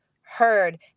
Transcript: heard